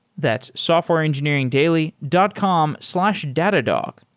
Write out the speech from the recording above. that's softwareengineeringdaily dot com slash datadog.